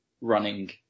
running